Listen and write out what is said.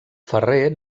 ferrer